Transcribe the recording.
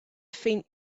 faint